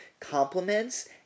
compliments